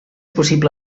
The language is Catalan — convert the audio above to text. possible